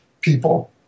people